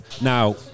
Now